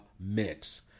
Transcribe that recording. mix